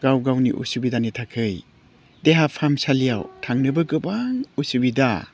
गाव गावनि उसुबिदानि थाखाय देहा फाहामसालियाव थांनोबो गोबां उसुबिदा